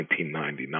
1999